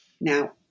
Now